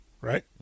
right